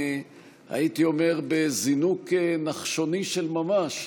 הייתי אומר בזינוק נחשוני של ממש,